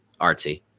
artsy